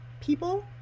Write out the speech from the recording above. People